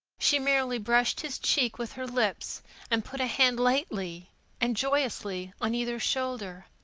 she merely brushed his cheek with her lips and put a hand lightly and joyously on either shoulder.